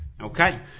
Okay